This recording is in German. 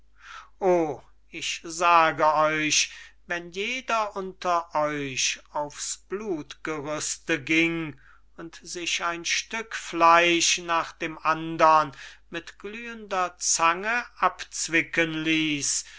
o ich sage euch wenn jeder unter euch aufs blutgerüste gieng und sich ein stück fleisch nach dem andern mit glühender zange abzwicken ließ